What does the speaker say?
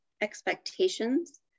expectations